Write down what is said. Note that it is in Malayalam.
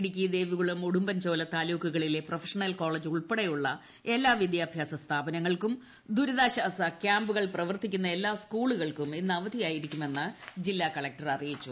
ഇടുക്കി ദേവികുളം ഉടുമ്പൻചോല താലൂക്കുകളിലെ പ്രൊഫഷണൽ കോളേജ് ഉൾപ്പടെയുള്ള എല്ലാ വിദ്യാഭ്യാസ സ്ഥാപനങ്ങൾക്കും ദുരിതാശ്വാസ ക്യാമ്പുകൾ പ്രവർത്തിക്കുന്ന എല്ലാ സ്കൂളുകൾക്കും ഇന്ന് അവധി ആയിരിക്കുമെന്ന് ജില്ലാ കളക്ടർ അറിയിച്ചു